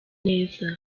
neza